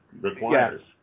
requires